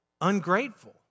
ungrateful